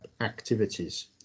activities